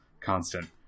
constant